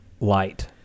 light